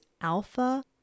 alpha